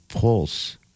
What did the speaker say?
Pulse